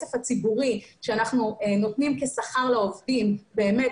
שהכסף הציבורי שאנחנו נותנים כשכר לעובדים באמת